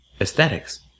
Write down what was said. aesthetics